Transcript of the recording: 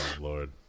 Lord